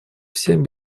всем